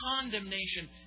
condemnation